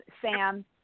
Sam